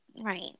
Right